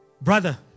Brother